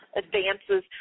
advances